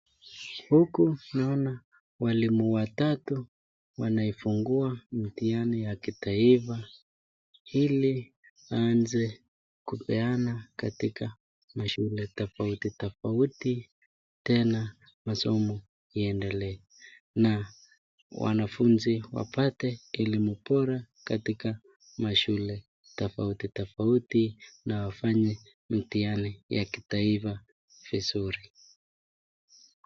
Huku naona walimu watatu wanaifungua mtihani wa kitaifa ili aanze kupeana katika mashule tofauti tofauti. Tena masomo iendelee na wanafunzi wapate elimu bora katika mashule tofauti tofauti na wafanye mtihani ya kitaifa vizuri.